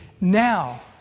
now